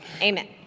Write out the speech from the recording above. Amen